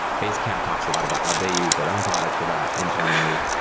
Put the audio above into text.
basecamp talks a lot about how they use their own product for that internally,